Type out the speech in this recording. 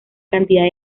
cantidad